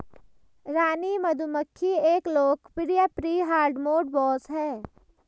रानी मधुमक्खी एक लोकप्रिय प्री हार्डमोड बॉस है